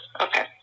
Okay